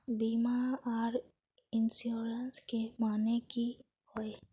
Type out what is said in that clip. बीमा आर इंश्योरेंस के माने की होय?